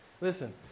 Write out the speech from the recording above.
Listen